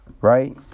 Right